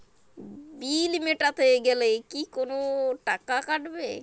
বিল মেটাতে গেলে কি কোনো টাকা কাটাবে?